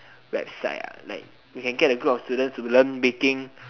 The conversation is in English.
website ah like you can get a group of students to learn baking